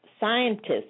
Scientists